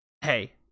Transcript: Hey